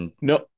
no